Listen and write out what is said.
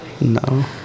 No